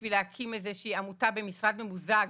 בשביל להקים איזושהי עמותה במשרד ממוזג.